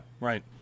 right